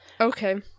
Okay